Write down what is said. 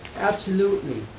absolutely.